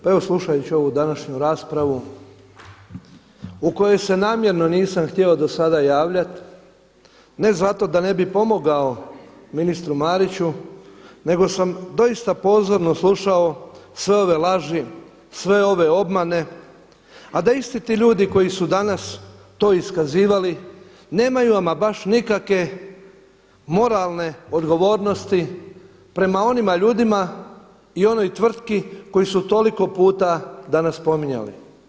Pa evo slušajući ovu današnju raspravu u kojoj se namjerno nisam htio do sada javljati ne zato da ne bih pomogao ministru Mariću nego sam doista pozorno slušao sve ove laži, sve ove obmane a da isti ti ljudi koji su danas to iskazivali nemaju ama baš nikakve moralne odgovornosti prema onima ljudima i onoj tvrtki koju su toliko puta danas spominjali.